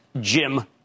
Jim